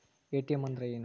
ATM ಅಂದ್ರ ಏನು?